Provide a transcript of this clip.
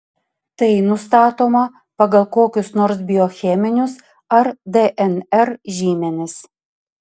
tai nustatoma pagal kokius nors biocheminius ar dnr žymenis